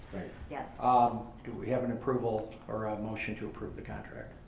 yeah ah um do we have an approval or a motion to approve the contract?